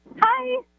Hi